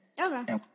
Okay